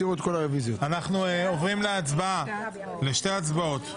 אנחנו עוברים לשתי הצבעות.